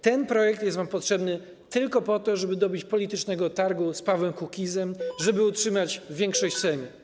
Ten projekt jest wam potrzebny tylko po to, żeby dobić politycznego targu z Pawłem Kukizem i utrzymać większość w Sejmie.